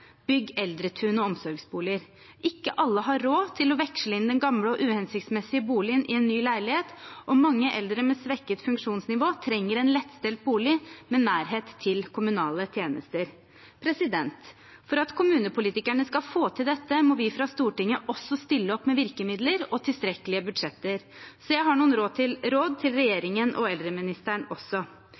Bygg eldretun og omsorgsboliger: Ikke alle har råd til å veksle inn den gamle og uhensiktsmessige boligen i en ny leilighet, og mange eldre med svekket funksjonsnivå trenger en lettstelt bolig med nærhet til kommunale tjenester. For at kommunepolitikerne skal få til dette, må vi fra Stortinget også stille opp med virkemidler og tilstrekkelige budsjetter, så jeg har også noen råd til regjeringen og eldreministeren: